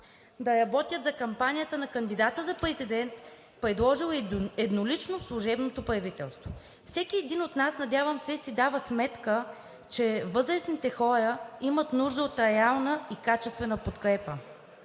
да работят за кампанията на кандидата за президент, предложил еднолично служебното правителство. Всеки един от нас, надявам се, си дава сметка, че възрастните хора имат нужда от реална и качествена подкрепа